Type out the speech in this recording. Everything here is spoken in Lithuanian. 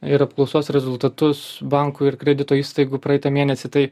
ir apklausos rezultatus bankų ir kredito įstaigų praeitą mėnesį tai